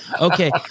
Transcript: Okay